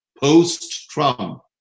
post-Trump